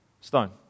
Stone